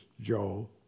Joe